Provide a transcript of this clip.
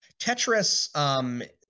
Tetris